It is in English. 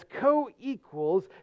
co-equals